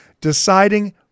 deciding